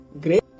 great